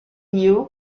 view